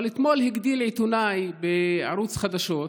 אבל אתמול הגדיל לעשות עיתונאי בערוץ חדשות,